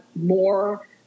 more